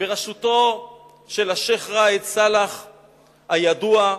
בראשותו של השיח' ראאד סלאח הידוע,